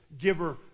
giver